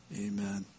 amen